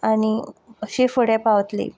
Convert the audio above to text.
आनी अशी फुडें पावतली